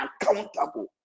accountable